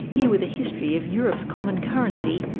here with a history of europe's common currency,